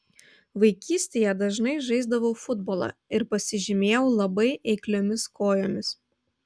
vaikystėje dažnai žaisdavau futbolą ir pasižymėjau labai eikliomis kojomis